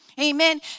Amen